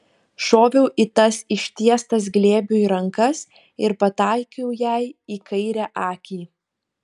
šoviau į tas ištiestas glėbiui rankas ir pataikiau jai į kairę akį